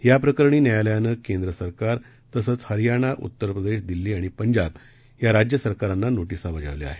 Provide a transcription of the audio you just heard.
याप्रकरणी न्यायालयानं केंद्र सरकार तसंच हरियाणा उत्तर प्रदेश दिल्ली आणि पंजाब या राज्य सरकारांना नोटिसा बजावल्या आहेत